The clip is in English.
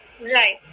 Right